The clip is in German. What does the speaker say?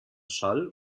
schall